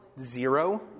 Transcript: Zero